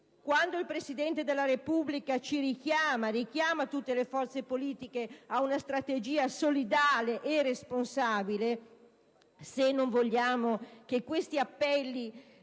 tutti? Il Presidente della Repubblica richiama tutte le forze politiche ad una strategia solidale e responsabile: se non vogliamo che questi appelli